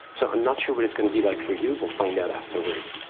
so i'm not sure what it's gonna be like for you. we'll find out afterwards.